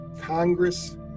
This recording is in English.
congress